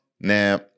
now